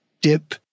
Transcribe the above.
dip